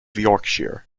yorkshire